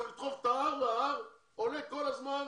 צריך לדחוף את ההר וההר עולה כל הזמן